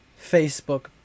Facebook